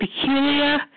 peculiar